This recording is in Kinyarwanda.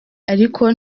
ariko